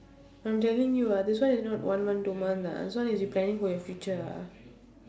I'm telling you ah this one is not one month two month lah this one is you planning for your future ah